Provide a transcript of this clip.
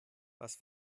was